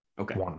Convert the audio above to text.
Okay